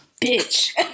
bitch